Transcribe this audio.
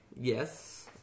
Yes